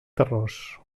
terrós